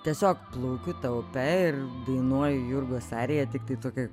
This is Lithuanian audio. tiesiog plaukiu ta upe ir dainuoju jurgos ariją tiktai tokią